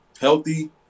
healthy